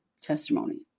testimony